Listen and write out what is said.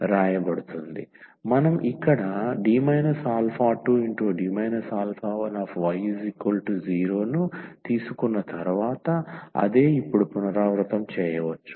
⟹dydx2y⟹ye2x మనం ఇక్కడ D 2D α1y0 ను తీసుకున్న తర్వాత అదే ఇప్పుడు పునరావృతం చేయవచ్చు